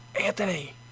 Anthony